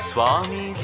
Swami